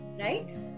right